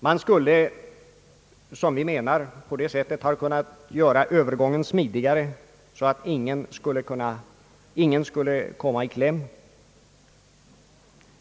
Man skulle, som vi menar, på det sättet kunna göra övergången smidigare så att ingen skulle komma i kläm.